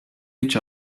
each